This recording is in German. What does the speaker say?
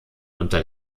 unter